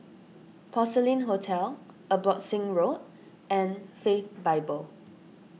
Porcelain Hotel Abbotsingh Road and Faith Bible